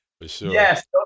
yes